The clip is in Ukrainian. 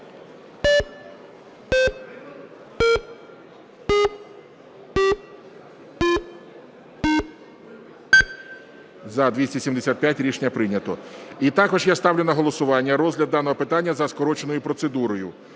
За-275 Рішення прийнято. І також я ставлю на голосування розгляд даного питання за скороченою процедурою.